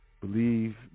Believe